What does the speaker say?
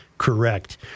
Correct